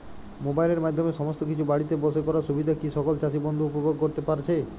মোবাইলের মাধ্যমে সমস্ত কিছু বাড়িতে বসে করার সুবিধা কি সকল চাষী বন্ধু উপভোগ করতে পারছে?